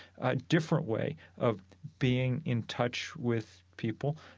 ah different way of being in touch with people